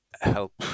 help